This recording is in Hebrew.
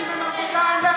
לאנשים אין עבודה, אין לחם.